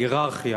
הייררכיה.